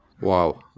Wow